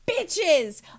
bitches